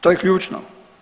To je ključno.